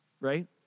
Right